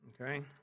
Okay